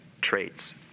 traits